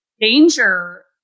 danger